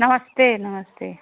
नमस्ते नमस्ते